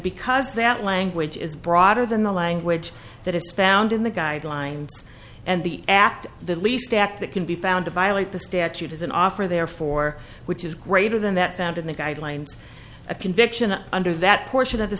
because that language is broader than the language that is found in the guidelines and the act the least act that can be found to violate the statute is an offer there for which is greater than that found in the guidelines a conviction under that portion of the